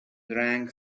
drank